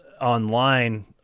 online